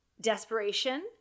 desperation